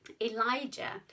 Elijah